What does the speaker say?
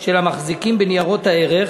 של המחזיקים בניירות הערך.